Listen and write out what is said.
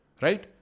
Right